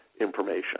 information